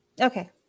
Okay